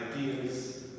ideas